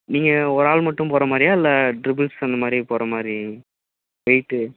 நீங்கள் ஒரு ஆள் மட்டும் போகற மாதிரியா இல்லை ட்ரிபிள்ஸ் அந்த மாதிரி போகற மாதிரி வெயிட்டு